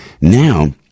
Now